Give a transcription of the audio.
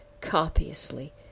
copiously